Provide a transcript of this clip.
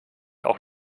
auch